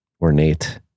ornate